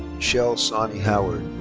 michelle sonny howard.